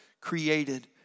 created